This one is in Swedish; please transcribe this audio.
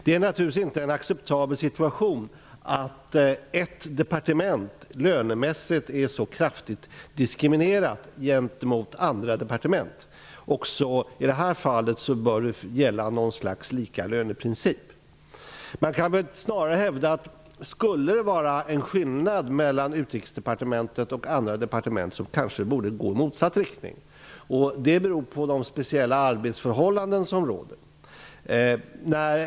Det är naturligtvis inte en acceptabel situation att ett departement lönemässigt är så kraftigt diskriminerat gentemot andra departement. Också i detta fall bör det gälla något slags likalönsprincip. Man kan snarare hävda att om det skulle vara en skillnad mellan Utrikesdepartementet och andra departement kanske den borde gå i motsatt riktning. Anledningen är de speciella arbetsförhållanden som råder.